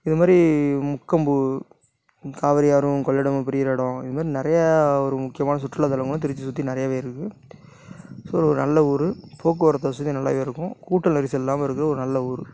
இதுமாதிரி முக்கொம்பு காவிரியாறும் கொள்ளிடமும் பிரிகிற எடம் இதுமாதிரி நிறையா ஒரு முக்கியமான சுற்றுலா தளங்களும் திருச்சியை சுற்றி நறையருக்கு ஸோ நல்ல ஊர் போக்குவரத்து வசதி நல்லா இருக்கும் கூட்டம் நெரிசல் இல்லாமலிருக்குற ஒரு நல்ல ஊர்